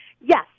yes